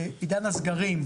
בעידן הסרים,